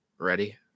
Ready